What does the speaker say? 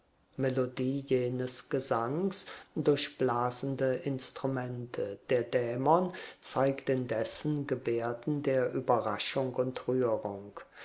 melodie jenes gesangs durch blasende instrumente der dämon zeigt indessen gebärden der überraschung und rührung